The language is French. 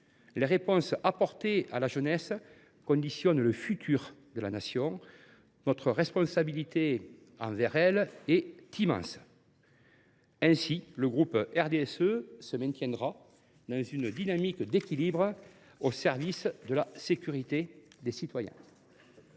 Les réponses apportées à la jeunesse conditionnent l’avenir de la Nation. Notre responsabilité envers elle est immense. Ainsi, le groupe du RDSE se maintiendra dans une dynamique d’équilibre au service de la sécurité des citoyens.